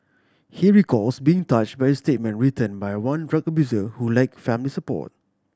he recalls being touch by a statement written by one drug abuser who lack family support